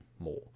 more